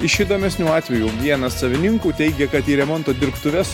iš įdomesnių atvejų vienas savininkų teigia kad į remonto dirbtuves